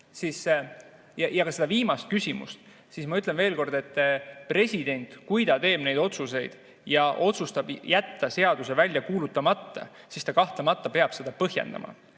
ja seda viimast küsimust. Ma ütlen veel kord, et kui president teeb neid otsuseid ja otsustab jätta seaduse välja kuulutamata, siis ta kahtlemata peab seda põhjendama.